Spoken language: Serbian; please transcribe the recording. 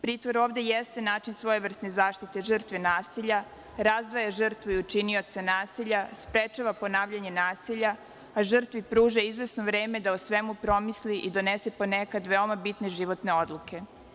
Pritvor ovde jeste način svojevrsne zaštite žrtve nasilja, razdvaja žrtve od činioca nasilja, sprečava ponavljanje nasilja, a žrtvi pruža izvesno vreme da o svemu promisli i donese ponekad veoma bitne životne odluke.